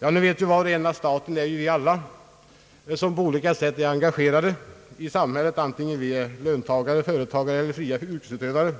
Nu vet vi ju att staten, det är vi alla som på olika sätt är verksamma i samhället, antingen som löntagare, företagare eller fria yrkesutövare,